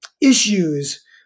issues